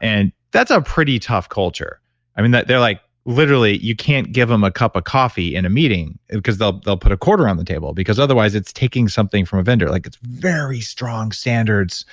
and that's a pretty tough culture i mean they're like literally you can't give them a cup of coffee in a meeting because they'll they'll put a quarter on the table because otherwise it's taking something from a vendor. like it's very strong standards